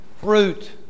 fruit